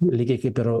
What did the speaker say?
lygiai kaip ir